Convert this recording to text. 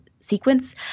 sequence